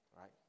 right